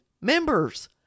members